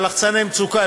לחצני המצוקה,